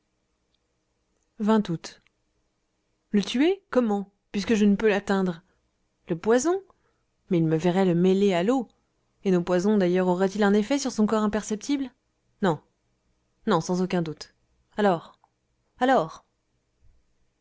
août le tuer comment puisque je ne peux l'atteindre le poison mais il me verrait le mêler à l'eau et nos poisons d'ailleurs auraient-ils un effet sur son corps imperceptible non non sans aucun doute alors alors